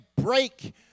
break